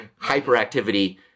Hyperactivity